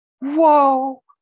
whoa